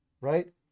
right